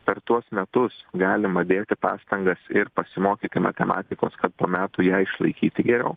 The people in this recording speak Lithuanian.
per tuos metus galima dėti pastangas ir pasimokyti matematikos kad po metų ją išlaikyti geriau